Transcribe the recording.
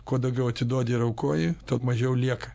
kuo daugiau atiduodi ir aukoji tuo mažiau lieka